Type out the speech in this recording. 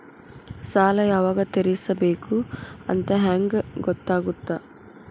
ಸಾಲ ಯಾವಾಗ ತೇರಿಸಬೇಕು ಅಂತ ಹೆಂಗ್ ಗೊತ್ತಾಗುತ್ತಾ?